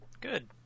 Good